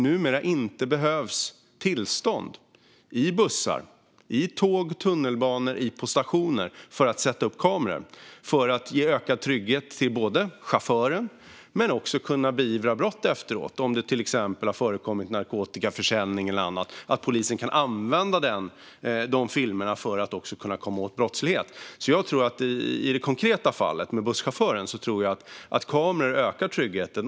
Numera behövs det inte tillstånd för att sätta upp kameror i bussar, i tåg, i tunnelbanor och på stationer för att ge ökad trygghet till chauffören men också för att kunna beivra brott. Om det till exempel har förekommit narkotikaförsäljning eller annat kan polisen använda filmerna för att kunna komma åt brottslighet. I det konkreta fallet med busschauffören tror jag att kameror ökar tryggheten.